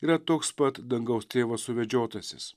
yra toks pat dangaus tėvo suvedžiotasis